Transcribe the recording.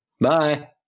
Bye